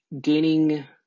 gaining